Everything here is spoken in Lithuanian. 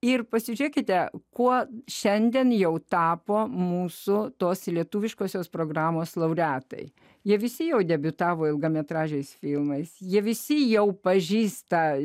ir pasižiūrėkite kuo šiandien jau tapo mūsų tos lietuviškosios programos laureatai jie visi jau debiutavo ilgametražiais filmais jie visi jau pažįsta